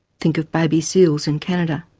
think of baby seals in canada.